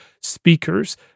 speakers